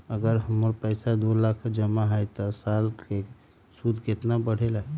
अगर हमर पैसा दो लाख जमा है त साल के सूद केतना बढेला?